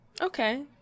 Okay